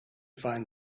find